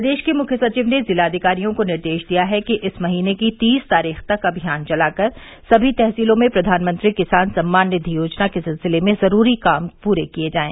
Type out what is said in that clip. प्रदेश के मुख्य सचिव ने जिलाधिकारियों को निर्देश दिया है कि इस महीने की तीस तारीख़ तक अभियान चला कर सभी तहसीलों में प्रधानमंत्री किसान सम्मान निधि योजना के सिलसिले में जुरूरी काम पूरे किये जायें